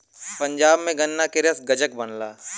पंजाब में गन्ना के रस गजक बनला